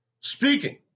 speaking